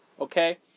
okay